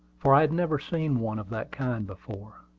for i had never seen one of that kind before.